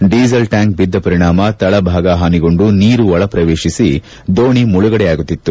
diesel tank ಬಿದ್ದ ಪರಿಣಾಮ ತಳಭಾಗ ಹಾನಿಗೊಂಡು ನೀರು ಒಳಪ್ರವೇಶಿಸಿ ದೋಣಿ ಮುಳುಗಡೆಯಾಗುತ್ತಿತ್ತು